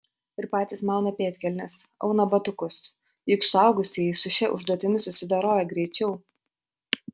ir patys mauna pėdkelnes auna batukus juk suaugusieji su šia užduotimi susidoroja greičiau